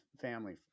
family